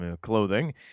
clothing